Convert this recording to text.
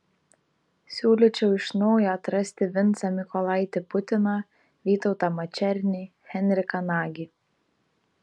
siūlyčiau iš naujo atrasti vincą mykolaitį putiną vytautą mačernį henriką nagį